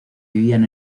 vivían